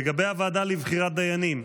לגבי הוועדה לבחירת דיינים,